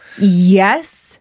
Yes